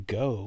go